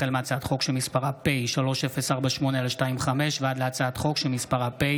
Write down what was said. החל בהצעת חוק פ/3048/25 וכלה בהצעת חוק פ/3175/25: